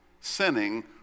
sinning